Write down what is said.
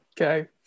Okay